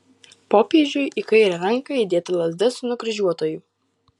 popiežiui į kairę ranką įdėta lazda su nukryžiuotuoju